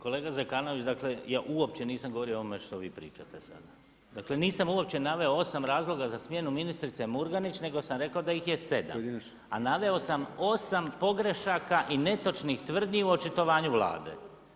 Kolega Zekanović, ja uopće nisam govorio o ovome što vi pričate sada, dakle nisam uopće naveo osam razloga za smjenu ministrice Murganić nego sam rekao da ih je sedam, a naveo sam osam pogrešaka i netočnih tvrdnji u očitovanju Vlade.